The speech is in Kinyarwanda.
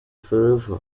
forever